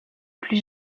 plus